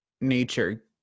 nature